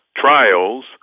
trials